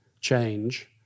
change